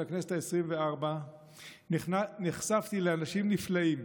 הכנסת העשרים-וארבע נחשפתי לאנשים נפלאים